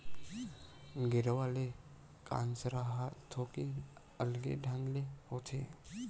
गेरवा ले कांसरा ह थोकिन अलगे ढंग ले होथे